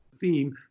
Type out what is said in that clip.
theme